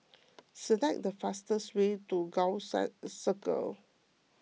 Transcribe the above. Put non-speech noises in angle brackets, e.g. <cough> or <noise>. select the fastest way to Gul <unintelligible> Circle